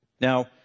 Now